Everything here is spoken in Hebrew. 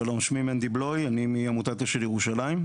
שלום, אני מעמותת אשל ירושלים.